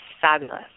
fabulous